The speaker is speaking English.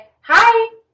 hi